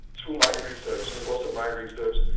through my research, in the course of my research,